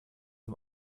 dem